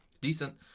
decent